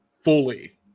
Fully